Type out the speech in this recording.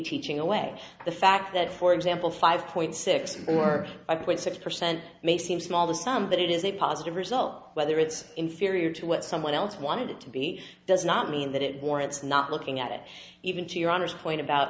teaching away the fact that for example five point six or five point six percent may seem small the sum that it is a positive result whether it's inferior to what someone else wanted it to be does not mean that it warrants not looking at it even to your honor's point about